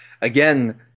again